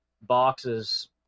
boxes